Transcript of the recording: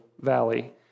valley